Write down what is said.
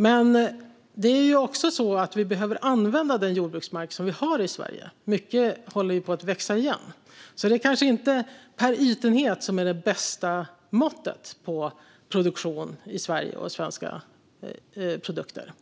Men det är ju också så att vi behöver använda den jordbruksmark vi har i Sverige - mycket håller på att växa igen - så det kanske inte är per ytenhet som är det bästa måttet på produktion i Sverige och på svenska produkter.